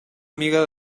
amiga